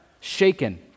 shaken